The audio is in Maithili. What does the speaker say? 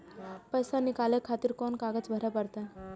पैसा नीकाले खातिर कोन कागज भरे परतें?